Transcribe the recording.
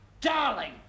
darling